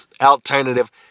alternative